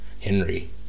Henry